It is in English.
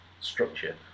structure